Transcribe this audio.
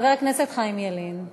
וחבר הכנסת חיים ילין.